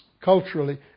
culturally